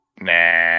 Nah